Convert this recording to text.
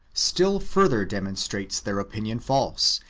still further demonstrates their opinion false,